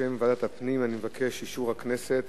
בשם ועדת הפנים אני מבקש אישור הכנסת